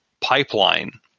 pipeline